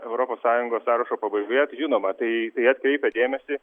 europos sąjungos sąrašo pabaigoje žinoma tai tai atkreipia dėmesį